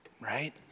right